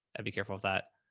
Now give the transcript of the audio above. i'd be careful with that,